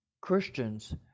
Christians